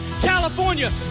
California